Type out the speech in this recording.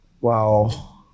Wow